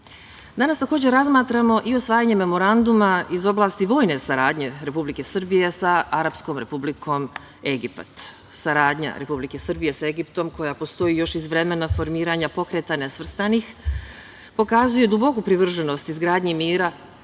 takođe, razmatramo i usvajanje Memoranduma iz oblasti vojne saradnje Republike Srbije sa Arapskom Republikom Egipat. Saradnja Republike Srbije sa Egiptom, koja postoji još iz vremena formiranja Pokreta nesvrstanih, pokazuje duboku privrženost izgradnji mira